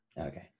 Okay